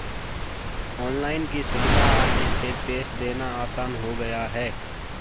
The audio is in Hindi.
ऑनलाइन की सुविधा आने से टेस्ट देना आसान हो गया है